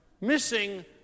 missing